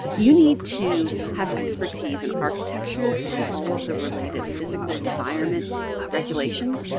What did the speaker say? you need to have expertise in architecture and all of the related physical environment regulations.